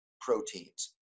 proteins